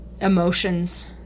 emotions